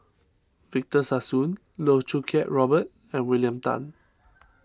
Victor Sassoon Loh Choo Kiat Robert and William Tan